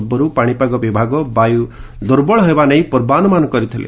ପୂର୍ବରୁ ପାଣିପାଗ ବିଭାଗ 'ବାୟୁ' ଦୁର୍ବଳ ହେବା ନେଇ ପୂର୍ବାନୁମାନ କରିଥିଲେ